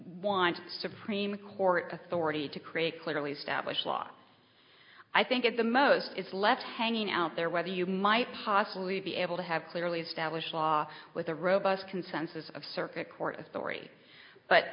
one supreme court authority to create clearly establish law i think it's the most is left hanging out there whether you might possibly be able to have clearly established law with a robust consensus of circuit court a story but